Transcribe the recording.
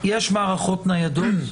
יש מערכות ניידות.